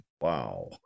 Wow